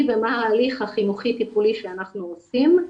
ומה ההליך החינוכי טיפולי שאנחנו עושים.